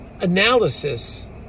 analysis